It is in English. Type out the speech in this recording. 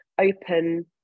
open